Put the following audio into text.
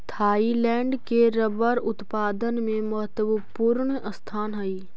Thailand के rubber उत्पादन में महत्त्वपूर्ण स्थान हइ